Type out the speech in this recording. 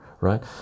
right